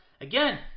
again